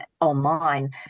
online